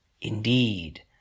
indeed